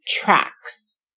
tracks